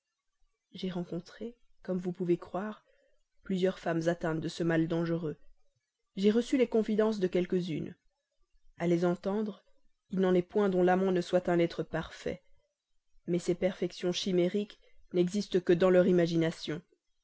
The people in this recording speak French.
j'ai rencontré comme vous pouvez croire plusieurs femmes atteintes de ce mal dangereux j'ai reçu les confidences de quelques-unes a les entendre il n'en est point dont l'amant ne soit un être parfait mais ces perfections chimériques n'existent que dans leur imagination